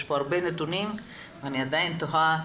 יש פה הרבה נתונים ואני עדיין תוהה,